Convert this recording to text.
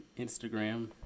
Instagram